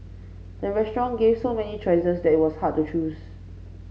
the restaurant gave so many choices that was hard to choose